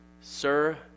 Sir